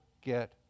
get